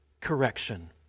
correction